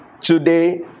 today